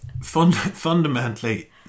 fundamentally